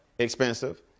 Expensive